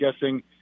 guessing